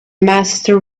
master